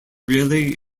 really